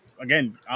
again